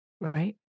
Right